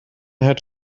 had